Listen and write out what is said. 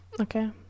okay